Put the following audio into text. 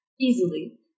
easily